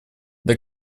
для